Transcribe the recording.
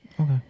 Okay